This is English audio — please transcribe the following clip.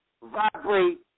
vibrate